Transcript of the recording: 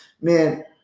man